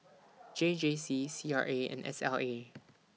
J J C C R A and S L A